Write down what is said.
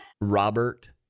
Robert